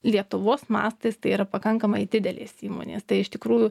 lietuvos mastais tai yra pakankamai didelės įmonės tai iš tikrųjų